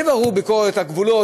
תבררו בביקורת הגבולות.